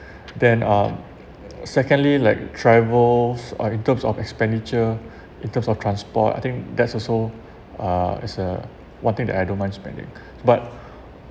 then um secondly like travels uh in terms of expenditure in terms of transport I think that's also uh it's a one thing that I don't mind spending but